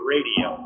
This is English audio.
Radio